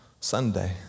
Sunday